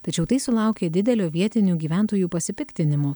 tačiau tai sulaukė didelio vietinių gyventojų pasipiktinimo